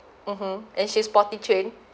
mmhmm and she's potty trained